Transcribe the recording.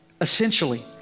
essentially